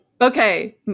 Okay